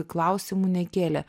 klausimų nekėlė